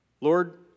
Lord